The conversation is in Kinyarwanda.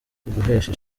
uguhesha